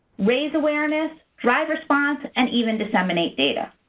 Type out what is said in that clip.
raise awareness, drive response, and even disseminate data.